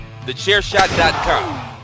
Thechairshot.com